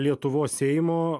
lietuvos seimo